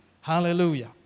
Hallelujah